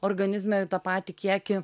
organizme ir tą patį kiekį